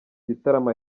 gitaramo